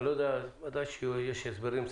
אני יודע שיש הסברים,